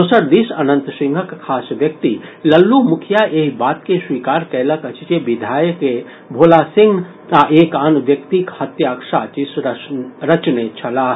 दोसर दिस अनंत सिंहक खास व्यक्ति लल्लू मुखिया एहि बात के स्वीकार कयलक अछि जे विधायके भोला सिंह आ एक आन व्यक्तिक हत्याक साजिश रचने छलाह